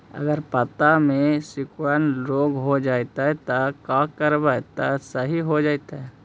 अगर पत्ता में सिकुड़न रोग हो जैतै त का करबै त सहि हो जैतै?